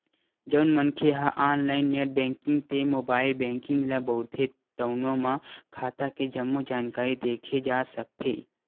जउन मनखे ह ऑनलाईन नेट बेंकिंग ते मोबाईल बेंकिंग ल बउरथे तउनो म खाता के जम्मो जानकारी देखे जा सकथे